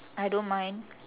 I don't mind